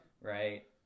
Right